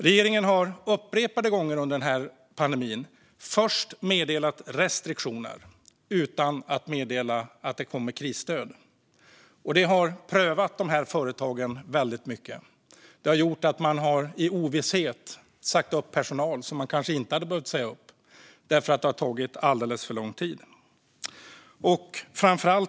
Regeringen har upprepade gånger under pandemin meddelat restriktioner utan att samtidigt meddela att det kommer krisstöd, och det har prövat de här företagen väldigt mycket. Det har gjort att man i ovisshet sagt upp personal som man kanske inte hade behövt säga upp, för det har tagit alldeles för lång tid innan stöd har kommit.